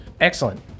Excellent